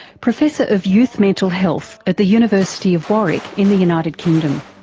professor of youth mental health at the university of warwick in the united kingdom.